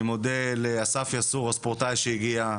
אני מודה לאסף יסעור הספורטאי שהגיע.